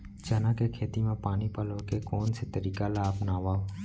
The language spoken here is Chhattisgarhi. चना के खेती म पानी पलोय के कोन से तरीका ला अपनावव?